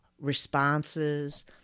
responses